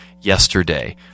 yesterday